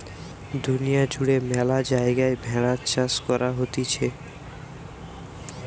দুনিয়া জুড়ে ম্যালা জায়গায় ভেড়ার চাষ করা হতিছে